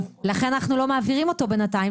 -- לכן אנחנו לא מעבירים אותו בינתיים.